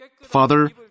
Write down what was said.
Father